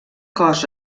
cos